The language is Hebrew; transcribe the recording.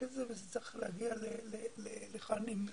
את זה וזה צריך להגיע לכאן עם הצעה.